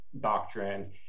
doctrine